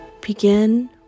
Begin